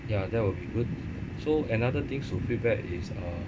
ya that will be good so another things to feedback is uh